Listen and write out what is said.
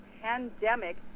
pandemic